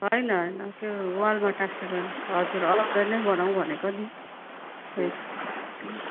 होइन होइन त्यो वालमा टाँसेको होइन हजुर अलग्गै नै बनाउँ भनेको नि ए